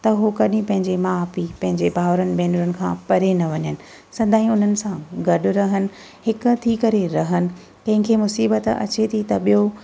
त हो कॾहिं बि पंहिंजे माउ पीउ पंहिंजे भावरुनि भैनरुनि खां परे न वंञनि सदाई हुननि सां गॾु रहनि हिकु थी करे रहनि कंहिंखे मुसीबतु अचे थी त ॿियो